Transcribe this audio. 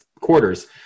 quarters